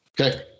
Okay